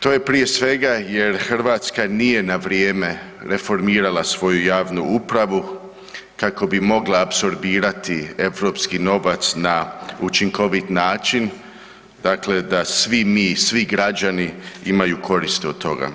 To je prije svega jer Hrvatska nije na vrijeme reformirala svoju javnu upravu kako bi mogla apsorbirati europski novac na učinkovit način, dakle da svi mi, svi građani imaju korist od toga.